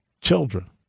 children